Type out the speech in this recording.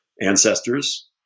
ancestors